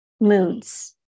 moods